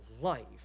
life